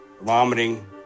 vomiting